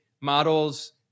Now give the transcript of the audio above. models